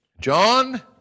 John